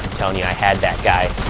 tony, i had that guy.